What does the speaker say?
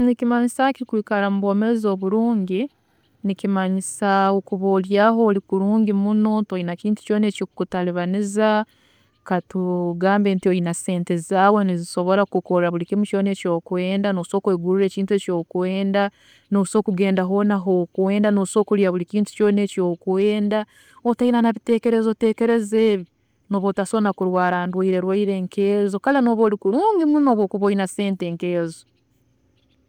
Nikimanyisaaki kwikara mubwomeezi oburungi, nikimanyisa kuba oryaaho ori kurungi muno, toyina kintu kyoona ekiri kukutaribaniza, katugambe nti oyina sente zaawe nizisobola kukukoorra buli kintu kyoona eki orikwenda, nosobola kugula ekintu kyoona eki okwenda, nosobola kugenda ahantu hoona ahokwenda, nosobola kurya buri kintu kyoona eki okwenda, otaina nabiteekerezo teekerezo nkeebi, nooba otasobola kurwaara nendwaara nkezo, kare nooba ori kurungi muno obu okuba oyina sente nkezo